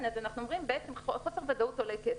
אנחנו אומרים שחוסר ודאות עולה כסף.